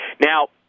now